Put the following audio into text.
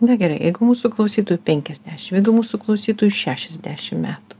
na gerai jeigu mūsų klausytojui penkiasdešimt jeigu mūsų klausytojui šešiasdešimt metų